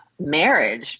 marriage